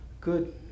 good